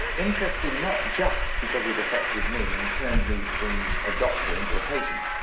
interesting, not just because it affected me and turned me from a doctor into a patient,